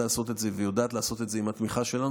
לעשות את זה ויודעת לעשות את זה עם התמיכה שלנו,